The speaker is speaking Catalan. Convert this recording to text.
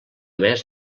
més